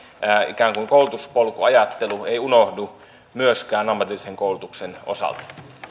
koulutuspolkuajattelu ei unohdu myöskään ammatillisen koulutuksen osalta